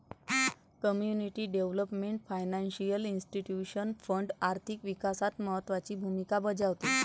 community development financial institution fund आर्थिक विकासात महत्त्वाची भूमिका बजावते